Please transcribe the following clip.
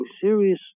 serious